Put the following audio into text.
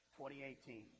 2018